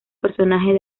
personajes